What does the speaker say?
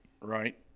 right